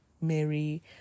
Mary